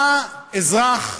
מה אזרח,